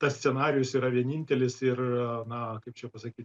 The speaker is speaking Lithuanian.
tas scenarijus yra vienintelis ir na kaip čia pasakyt